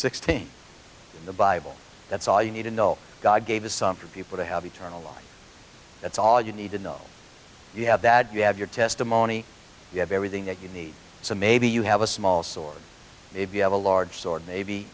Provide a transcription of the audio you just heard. sixteen in the bible that's all you need to know god gave his son for people to have eternal life that's all you need to know you have that you have your testimony you have everything that you need so maybe you have a small sword if you have a large sword maybe